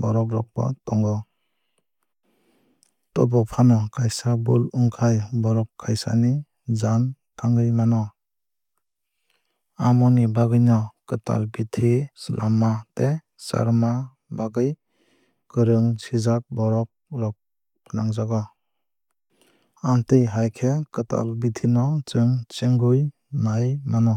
borok rok bo tongo. Tobophano kaisa bul wngkhai borok kaisa ni jaan thangwui mano. Amoni bagwui no kwtal bithi swlamna tei charwna bagwui kwrwng sijak borok rok fwnangjago. Amtwui hai khe kwtal bithi no chwng chengwui nai mano.